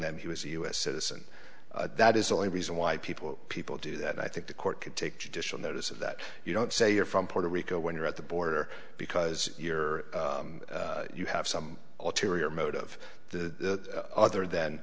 them he was a u s citizen that is the only reason why people people do that i think the court could take judicial notice of that you don't say you're from puerto rico when you're at the border because you're you have some ulterior motive the other th